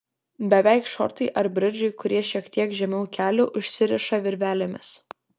beveik šortai ar bridžai kurie šiek tiek žemiau kelių užsiriša virvelėmis